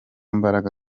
mbaraga